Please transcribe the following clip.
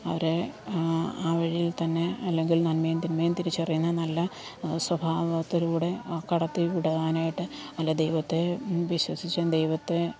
അവരെ ആ വഴിയിൽ തന്നെ അല്ലെങ്കിൽ നന്മയും തിന്മയും തിരിച്ചറിയുന്ന നല്ല സ്വഭാവത്തിലൂടെ കടത്തിവിടുവാനായിട്ട് അല്ല ദൈവത്തെ വിശ്വസിച്ചും ദൈവത്തെ